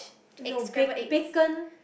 no ba~ bacon